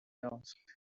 asked